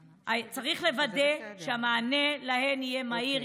לוודא שהמענה להן יהיה מהיר,